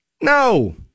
No